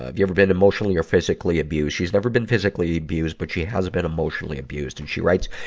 ah you ever been emotionally or physically abused, she's never been physically abused, but she has been emotionally abused. and she writes,